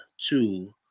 two